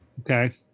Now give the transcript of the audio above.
Okay